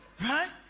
Right